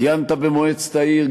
כיהנת במועצת העיר,